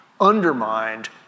undermined